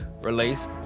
release